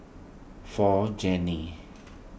for Janae